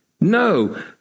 No